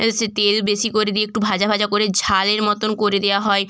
এ সে তেল বেশি করে দিয়ে একটু ভাজা ভাজা করে ঝালের মতন করে দেওয়া হয়